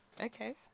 Okay